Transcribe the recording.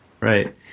right